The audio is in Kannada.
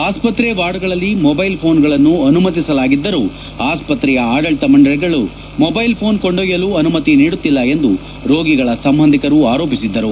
ಆಸ್ಪತ್ರೆ ವಾರ್ಡ್ಗಳಲ್ಲಿ ಮೊಬೈಲ್ ಪೋನ್ಗಳನ್ನು ಅನುಮತಿಸಲಾಗಿದ್ದರೂ ಆಸ್ಪತ್ರೆಯ ಆಡಳತ ಮಂಡಳಗಳು ಮೊಬೈಲ್ ಪೋನ್ ಕೊಂಡೊಯ್ಲಲು ಅನುಮತಿ ನೀಡುತ್ತಿಲ್ಲ ಎಂದು ರೋಗಿಗಳ ಸಂಬಂಧಿಗಳು ಆರೋಪಿಸಿದ್ದರು